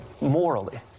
morally